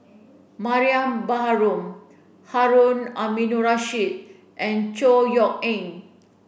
Mariam Baharom Harun Aminurrashid and Chor Yeok Eng